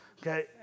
Okay